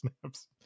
snaps